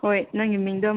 ꯍꯣꯏ ꯅꯪꯒꯤ ꯃꯤꯡꯗꯣ